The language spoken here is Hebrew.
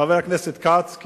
חבר הכנסת כץ,